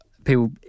people